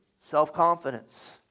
self-confidence